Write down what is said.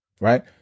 right